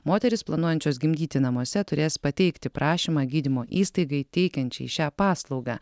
moterys planuojančios gimdyti namuose turės pateikti prašymą gydymo įstaigai teikiančiai šią paslaugą